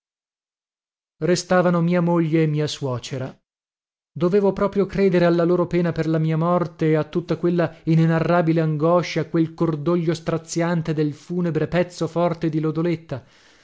restavano mia moglie e mia suocera dovevo proprio credere alla loro pena per la mia morte a tutta quella inenarrabile angoscia a quel cordoglio straziante del funebre pezzo forte di lodoletta